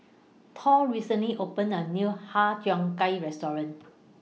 Thor recently opened The New Har Cheong Gai Restaurant